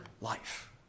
life